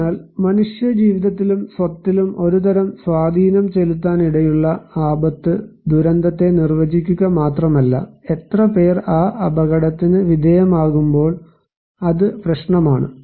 അതിനാൽ മനുഷ്യജീവിതത്തിലും സ്വത്തിലും ഒരുതരം സ്വാധീനം ചെലുത്താനിടയുള്ള ആപത്ത് ദുരന്തത്തെ നിർവചിക്കുക മാത്രമല്ല എത്രപേർ ആ അപകടത്തിന് വിധേയമാകുമ്പോൾ അത് പ്രശ്നമാണ്